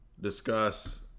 discuss